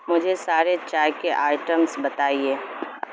مجھے سارے چائے کے آئٹمز بتائیے